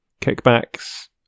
kickback's